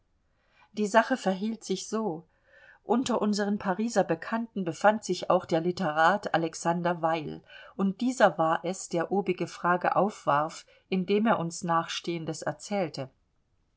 die sache verhielt sich so unter unseren pariser bekannten befand sich auch der litterat alexander weill und dieser war es der obige frage aufwarf indem er uns nachstehendes erzählte